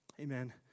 Amen